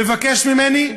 מבקש ממני,